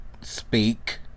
speak